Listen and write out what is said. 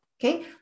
Okay